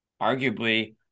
arguably